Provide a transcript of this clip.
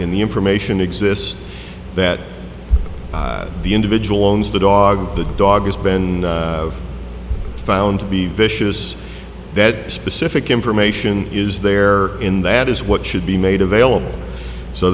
in the information exists that the individual owns the dog the dog is banned found to be vicious that specific information is there in the ad is what should be made available so